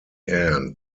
end